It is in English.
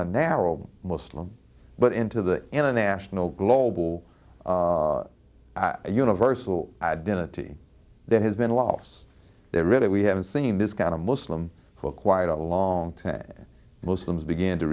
of narrow muslim but in to the international global universal identity that has been lost really we haven't seen this kind of muslim for quite a long time muslims began to